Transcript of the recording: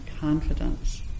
confidence